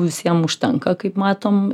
visiem užtenka kaip matom